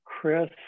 chris